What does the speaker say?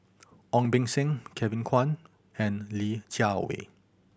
Ong Beng Seng Kevin Kwan and Li Jiawei